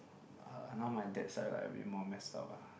uh now my dad side like a bit more messed up ah